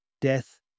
death